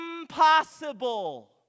impossible